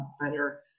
better